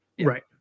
Right